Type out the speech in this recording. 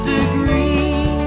degree